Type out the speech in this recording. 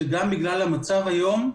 שגם בגלל המצב היום,